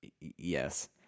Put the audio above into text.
Yes